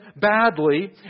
badly